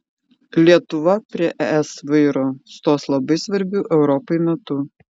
lietuva prie es vairo stos labai svarbiu europai metu